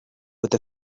with